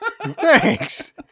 Thanks